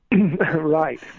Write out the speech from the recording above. Right